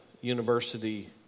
university